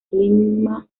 clima